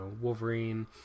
Wolverine